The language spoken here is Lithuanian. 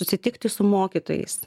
susitikti su mokytojais